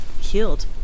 healed